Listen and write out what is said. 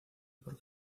por